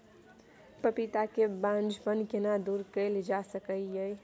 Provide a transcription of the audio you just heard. पपीता के बांझपन केना दूर कैल जा सकै ये?